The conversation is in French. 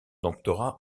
doctorat